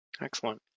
Excellent